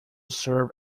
serve